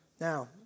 Now